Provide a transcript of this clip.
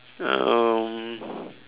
um